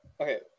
Okay